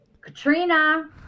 Katrina